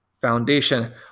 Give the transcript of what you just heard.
foundation